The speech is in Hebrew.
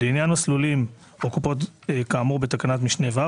לעניין מסלולים או קופות כאמור בתקנת משנה (ו),